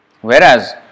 Whereas